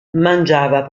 mangiava